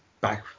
back